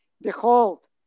Behold